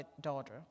daughter